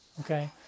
Okay